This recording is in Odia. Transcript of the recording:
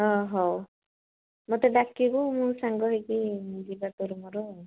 ହଁ ହଉ ମୋତେ ଡାକିବୁ ମୁଁ ସାଙ୍ଗ ହେଇକି ଯିବା ତୋର ମୋର ଆଉ